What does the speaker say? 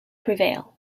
prevail